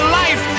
life